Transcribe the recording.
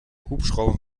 hubschrauber